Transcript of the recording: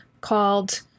called